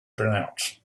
pronounce